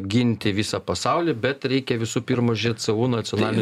ginti visą pasaulį bet reikia visų pirma žiūrėt savų nacionalinių